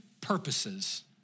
purposes